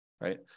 right